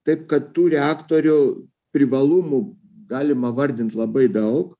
taip kad tų reaktorių privalumų galima vardint labai daug